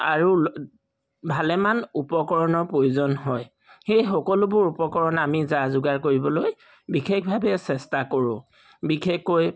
আৰু ভালেমান উপকৰণৰ প্ৰয়োজন হয় সেই সকলোবোৰ উপকৰণ আমি যা যোগাৰ কৰিবলৈ বিশেষভাৱে চেষ্টা কৰোঁ বিশেষকৈ